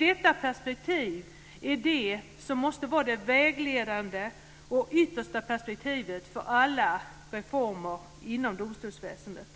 Detta perspektiv är det som måste vara det vägledande och yttersta perspektivet för alla reformer inom domstolsväsendet.